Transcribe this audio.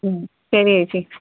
ശരി ചേച്ചി